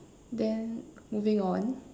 then moving on